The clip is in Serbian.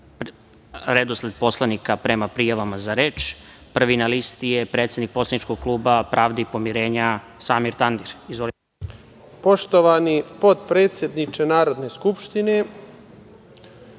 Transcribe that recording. redosled poslanika prema prijavama za reč. Prvi na listi je predsednik poslaničkog kluba Pravde i pomirenja, Samir Tandir. Izvolite. **Samir Tandir** Poštovani potpredsedniče Narodne skupštine,